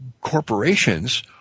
corporations